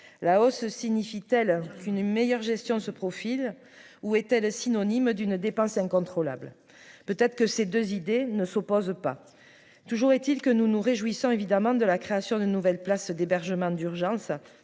la hausse signifie-t-elle qu'une meilleure gestion se profile, où est-elle synonyme d'une dépense incontrôlable, peut-être que ces 2 idées ne s'oppose pas, toujours est-il que nous nous réjouissons évidemment de la création de nouvelles places d'hébergement d'urgence